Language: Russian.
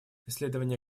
исследование